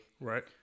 Right